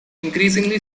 increasingly